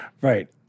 Right